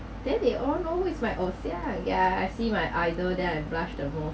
then they all know is my 偶像 yeah I see my idol then I blushed the whole